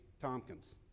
Tompkins